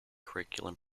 curriculum